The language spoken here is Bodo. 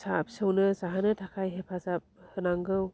फिसा फिसौनो जाहोनो थाखाय हेफाजाब होनांगौ